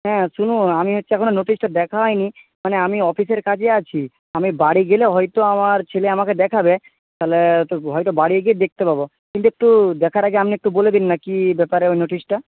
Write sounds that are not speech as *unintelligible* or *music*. হ্যাঁ শুনুন আমি হচ্ছে এখনও নোটিশটা দেখা হয়নি মানে আমি অফিসের কাজে আছি আমি বাড়ি গেলে হয়তো আমার ছেলে আমাকে দেখাবে তাহলে *unintelligible* হয়তো বাড়ি গিয়ে দেখতে পাব কিন্তু একটু দেখার আগে আপনি একটু বলে দিন না কী ব্যাপারে ওই নোটিশটা